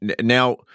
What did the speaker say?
now